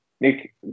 Nick